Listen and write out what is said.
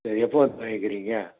சரி எப்போ வந்து வாங்கிக்கிறீங்க